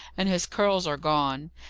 and his curls are gone.